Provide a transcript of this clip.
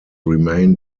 remain